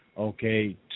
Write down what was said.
Okay